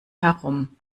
herum